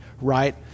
right